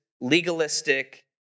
legalistic